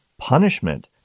punishment